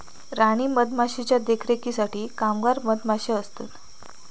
राणी मधमाशीच्या देखरेखीसाठी कामगार मधमाशे असतत